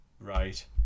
Right